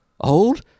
Old